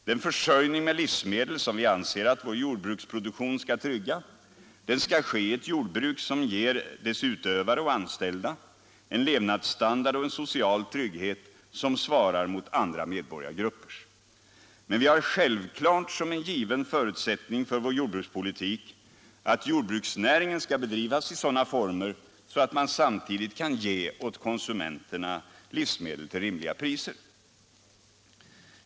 Den försörjning med livsmedel som vi anser att vår jordbruksproduktion skall trygga, den skall ske i ett jordbruk som ger dess utövare och anställda en levnadsstandard och en social trygghet som svarar mot andra medborgargruppers. Men vi har självklart som en given förutsättning för vår jordbrukspolitik att jordbruksnäringen skall bedrivas i sådana former att man samtidigt kan ge åt konsumenterna livsmedel till rimliga priser.